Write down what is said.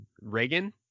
Reagan